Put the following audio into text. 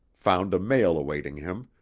found a mail awaiting him,